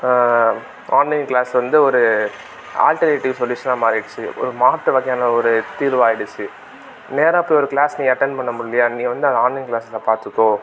online class வந்து ஒரு alternative சொல்யூஷனாக மாறிடுச்சு ஒரு மாற்று வகையான ஒரு தீர்வாக ஆகிடுச்சு நேராக போய் ஒரு க்ளாஸ் நீ அட்டெண்ட் பண்ண முடியிலையா நீ வந்து அதை ஆன்லைன் க்ளாஸில் பார்த்துக்கோ